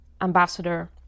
ambassador